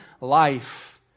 life